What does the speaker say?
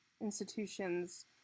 institutions